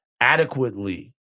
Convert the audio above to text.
adequately